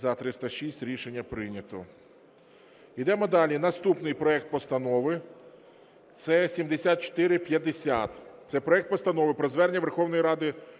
За-306 Рішення прийнято. Йдемо далі. Наступний проект Постанови – це 7450. Це проект Постанови про звернення Верховної Ради